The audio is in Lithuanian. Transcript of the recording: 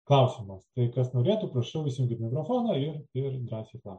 klausimas tai kas norėtų prašau įsijunkit mikrofoną ir ir drąsiai klauskit